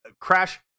crash